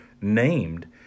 named